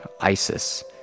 Isis